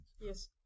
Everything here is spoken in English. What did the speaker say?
yes